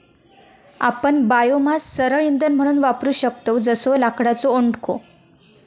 आपण बायोमास सरळ इंधन म्हणून वापरू शकतव जसो लाकडाचो ओंडको